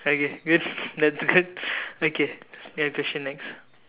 okay good that's good okay ya question next